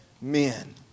men